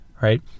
right